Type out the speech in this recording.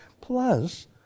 plus